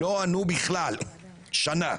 לא ענו בכלל במשך שנה.